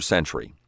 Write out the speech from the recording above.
Century